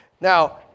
Now